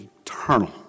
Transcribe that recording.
eternal